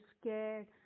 scared